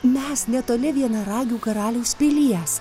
mes netoli vienaragių karaliaus pilies